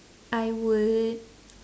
I would